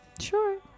Sure